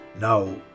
Now